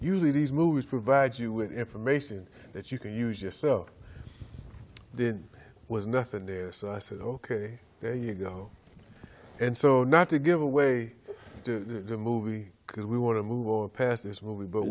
usually these movies provide you with information that you can use yourself there was nothing there so i said ok there you go and so not to give away the movie because we want to move past this movie but